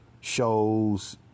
shows